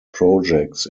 projects